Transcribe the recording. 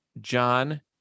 John